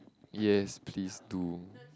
yes please do